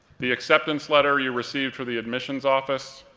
the acceptance letter you received for the admissions office,